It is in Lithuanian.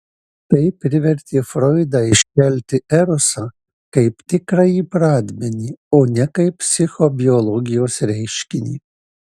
tai privertė froidą iškelti erosą kaip tikrąjį pradmenį o ne kaip psichobiologijos reiškinį